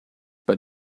but